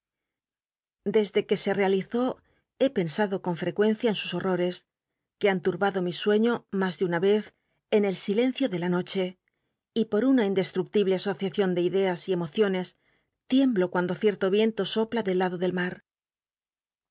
desde que se realizó he pensado con frecuencia en sus hororcs que han turbado mi sueño mas de una vez en el silencio de la noche y por una indcsl nrctible asociacion de ideas y emociones tiemblo cuando cierto viento sopla del lado del mar